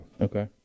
Okay